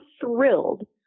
thrilled